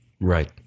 Right